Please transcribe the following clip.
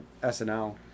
SNL